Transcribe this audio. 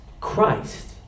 Christ